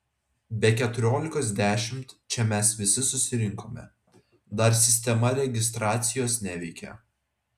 be keturiolikos dešimt čia mes visi susirinkome dar sistema registracijos neveikė